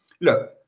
look